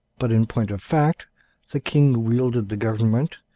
but in point of fact the king wielded the government,